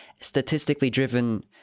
statistically-driven